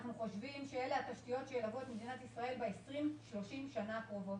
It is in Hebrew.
אנחנו חושבים שאלו התשתיות שילוו את מדינת ישראל ב-20,30 השנים הקרובות.